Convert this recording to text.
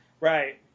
Right